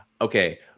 okay